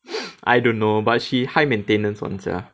I don't know but she high maintenance [one] sia